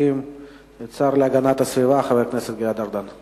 השר להגנת הסביבה, חבר הכנסת גלעד ארדן,